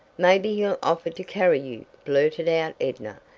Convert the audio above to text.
maybe he'll offer to carry you, blurted out edna.